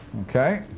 Okay